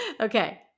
Okay